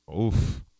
Oof